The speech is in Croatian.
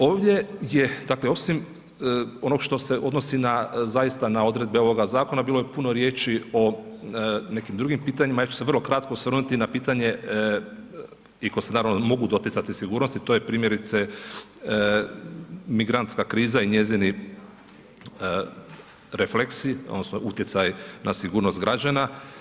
Ovdje je dakle, osim onim što se odnosi, na zaista odredbe ovoga zakona, bilo je puno riječi, o nekim drugim pitanjima, ja ću se vrlo kratko osvrnuti na pitanje, iako se naravno mogu doticati sigurnosti, to je primjerice, migrantska kriza i njezini refleksi, odnosno, utjecaj na sigurnost građana.